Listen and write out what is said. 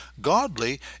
Godly